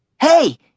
Hey